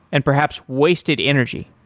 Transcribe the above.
and perhaps wasted energy.